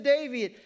David